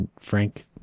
Frank